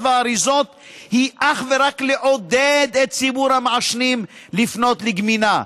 והאריזות היא אך ורק לעודד את ציבור המעשנים לפנות לגמילה,